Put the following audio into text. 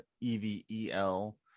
E-V-E-L